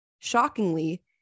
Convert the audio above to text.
Shockingly